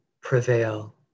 prevail